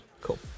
cool